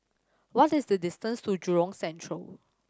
what is the distance to Jurong Central